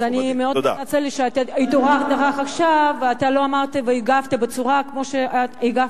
אז אני מאוד מצטערת שהתעוררת רק עכשיו ולא אמרת והגבת בצורה כמו שהגבת